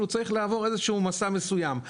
הוא צריך לעבור איזשהו מסע מסוים.